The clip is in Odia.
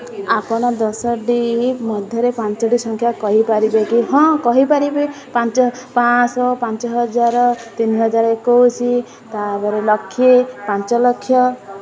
ଆପଣ ଦଶଟି ମଧ୍ୟରେ ପାଞ୍ଚଟି ସଂଖ୍ୟା କହିପାରିବେ କି ହଁ କହିପାରିବି ପାଞ୍ଚ ପାଞ୍ଚ ଶହ ପାଞ୍ଚ ହଜାର ତିନିହଜାର ଏକୋଇଶ ତାପରେ ଲକ୍ଷେ ପାଞ୍ଚ ଲକ୍ଷ